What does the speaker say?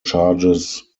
charges